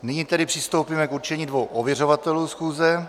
Nyní tedy přistoupíme k určení dvou ověřovatelů schůze.